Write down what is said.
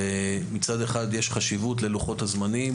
מצד אחד יש חשיבות ללוחות הזמנים.